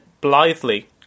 blithely